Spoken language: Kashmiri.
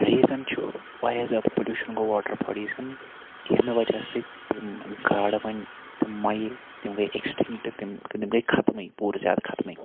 ریٖزَن چھُ واریاہ زیادٕ پولیوشَن گوٚو واٹَر باڈیٖزَن ییٚمہِ وَجہ سۭتۍ تِم گاڈٕ وۄنۍ تِم مۄیہِ تِم گٔے ایٚکِسٹِنٛکٹ تِم تِم گٔے خَتمٕے پوٗرٕ زیادٕ خَتمٕے